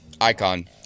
Icon